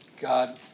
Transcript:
God